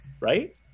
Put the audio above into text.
Right